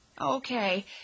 Okay